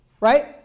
right